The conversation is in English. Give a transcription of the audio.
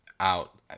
out